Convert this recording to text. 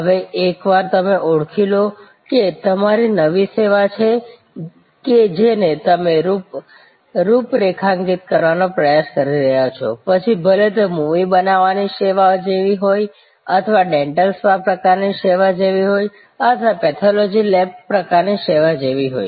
હવે એકવાર તમે ઓળખી લો કે તમારી નવી સેવા છે કે જેને તમે રૂપરેખાંકિત કરવાનો પ્રયાસ કરી રહ્યાં છો પછી ભલે તે મૂવી બનાવવાની સેવા જેવી હોય અથવા ડેન્ટલ સ્પા પ્રકારની સેવા જેવી હોય અથવા પેથોલોજી લેબ પ્રકારની સેવા જેવી હોય